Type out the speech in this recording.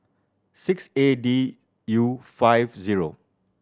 six A D U five zero